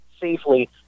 safely